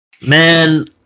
Man